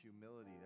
humility